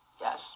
Yes